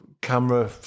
camera